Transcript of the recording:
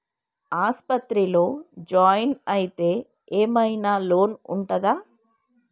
ఆస్పత్రి లో జాయిన్ అయితే ఏం ఐనా లోన్ ఉంటదా?